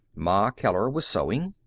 ma keller was sewing.